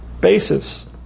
basis